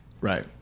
Right